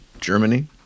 Germany